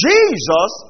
Jesus